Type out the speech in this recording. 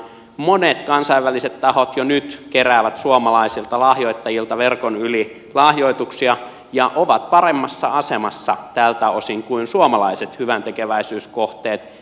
monet kansainväliset tahot jo nyt keräävät suomalaisilta lahjoittajilta verkon yli lahjoituksia ja ovat paremmassa asemassa tältä osin kuin suomalaiset hyväntekeväisyyskohteet